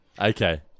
Okay